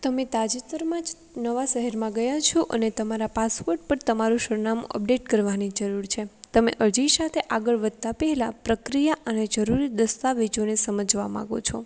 તમે તાજેતરમાં જ નવા શહેરમાં ગયા છો અને તમારા પાસપોર્ટ પણ તમારા સરનામું અપડેટ કરવાની જરૂર છે સાથે તમે અરજી સાથે આગળ વધતા પહેલાં પ્રક્રિયા અને જરૂરી દસ્તાવેજોને સમજવા માગો છો